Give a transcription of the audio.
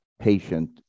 patient